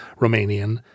Romanian